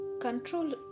control